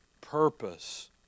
purpose